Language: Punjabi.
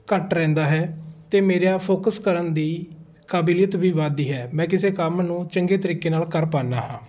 ਘੱਟ ਰਹਿੰਦਾ ਹੈ ਅਤੇ ਮੇਰੀ ਫੋਕਸ ਕਰਨ ਦੀ ਕਾਬਲੀਅਤ ਵੀ ਵੱਧਦੀ ਹੈ ਮੈਂ ਕਿਸੇ ਕੰਮ ਨੂੰ ਚੰਗੇ ਤਰੀਕੇ ਨਾਲ ਕਰ ਪਾਉਂਦਾ ਹਾਂ